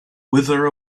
wither